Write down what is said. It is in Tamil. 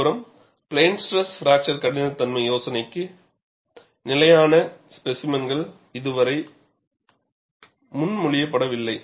மறுபுறம் பிளேன் ஸ்ட்ரெஸ் பிராக்சர் கடினத்தன்மை சோதனைக்கு நிலையான ஸ்பேசிமென்கள் இதுவரை முன்மொழியப்படவில்லை